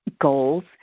goals